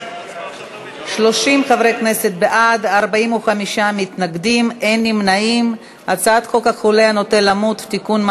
להסיר מסדר-היום את הצעת חוק החולה הנוטה למות (תיקון,